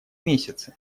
месяцы